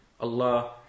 Allah